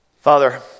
Father